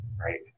right